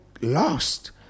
lost